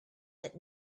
that